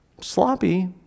sloppy